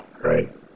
right